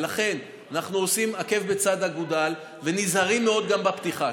לכן אנחנו עושים עקב בצד אגודל ונזהרים מאוד גם בפתיחה.